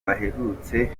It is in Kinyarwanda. baherutse